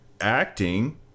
acting